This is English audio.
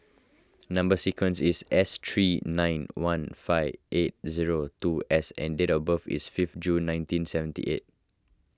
Number Sequence is S three nine one five eight zero two S and date of birth is fifth June nineteen seventy eight